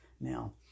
Now